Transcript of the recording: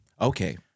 Okay